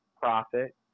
profit